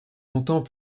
longtemps